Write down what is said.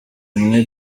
imwe